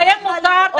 להם מותר?